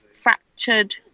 fractured